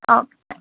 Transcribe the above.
okay thank you